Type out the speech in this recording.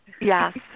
Yes